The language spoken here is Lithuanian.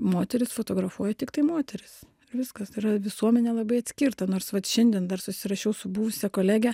moteris fotografuoja tiktai moteris viskas yra visuomenė labai atskirta nors vat šiandien dar susirašiau su buvusia kolege